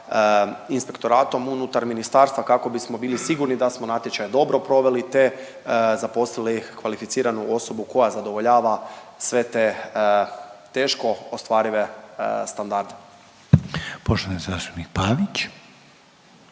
inspektoratom unutar ministarstva kako bismo bili sigurni da smo natječaj dobro proveli te zaposlili kvalificiranu osobu koja zadovoljava sve te teško ostvarive standarde. **Reiner, Željko